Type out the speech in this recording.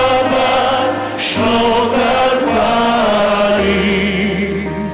של נשיא מדינת